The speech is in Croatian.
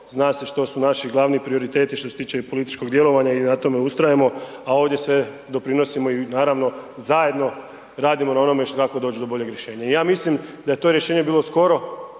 Zna se što su naši glavni prioriteti što se tiče i političkog djelovanja i na tome ustrajemo, a ovdje sve doprinosimo i naravno zajedno radimo na onome kako doći do boljeg rješenja. I ja mislim da je to rješenje bilo skoro